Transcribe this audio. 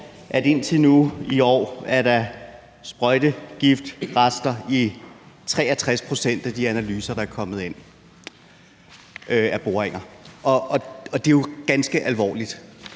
at indtil nu i år er der sprøjtegiftrester i 63 pct. af de analyser fra boringer, der er kommet ind, og det er jo ganske alvorligt.